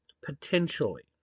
potentially